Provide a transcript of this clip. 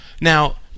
Now